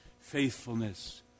faithfulness